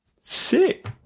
sick